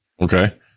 Okay